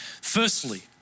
Firstly